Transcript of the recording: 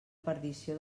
perdició